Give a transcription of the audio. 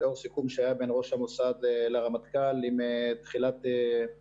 לאור סיכום שהיה בין ראש המוסד לרמטכ"ל עם תחילת הקורונה